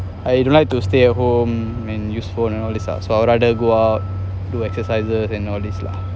I don't like to stay at home and use phone and all this ah so I would rather go out do exercises and all this lah